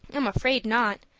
i'm afraid not.